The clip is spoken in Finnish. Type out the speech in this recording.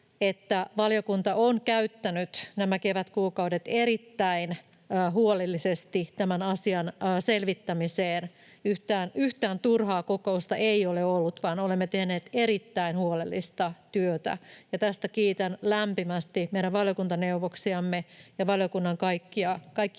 että valiokunta on käyttänyt nämä kevätkuukaudet erittäin huolellisesti tämän asian selvittämiseen. Yhtään turhaa kokousta ei ole ollut, vaan olemme tehneet erittäin huolellista työtä, ja tästä kiitän lämpimästi meidän valiokuntaneuvoksiamme ja valiokunnan kaikkia